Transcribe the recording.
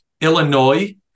Illinois